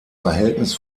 verhältnis